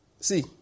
see